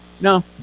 No